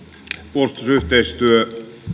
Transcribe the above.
puolustusyhteistyö